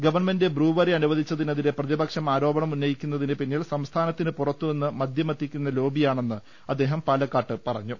government brewery അനുവദിച്ചതിനെതിരെ പ്രതിപക്ഷം ആരോപണം ഉന്നയിക്കുന്നതിന് പിന്നിൽ സംസ്ഥാനത്തിന് പുറത്തു നിന്ന് മദ്യമെത്തിക്കുന്ന ലോബിയാണെന്ന് അദ്ദേഹം പാലക്കാട്ട് പറ ഞ്ഞു